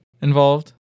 involved